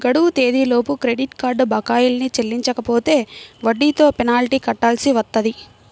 గడువు తేదీలలోపు credit card బకాయిల్ని చెల్లించకపోతే వడ్డీతో పెనాల్టీ కట్టాల్సి వత్తది